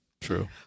True